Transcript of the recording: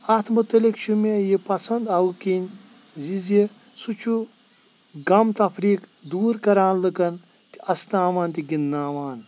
اَتھ مُتعلق چھُ مے یہِ پسَنٛد اَو کِنۍ یہِ زِ سُہ چھُ غَم تَفریٖق دوٗر کَران لُکَن تہٕ اَسناوان تہٕ گِنٛدناوان